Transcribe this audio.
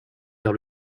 vers